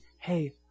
hey